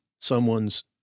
someone's